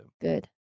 Good